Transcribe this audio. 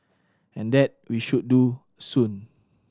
and that we should do soon